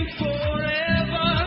forever